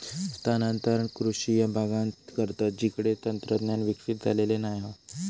स्थानांतरण कृषि त्या भागांत करतत जिकडे तंत्रज्ञान विकसित झालेला नाय हा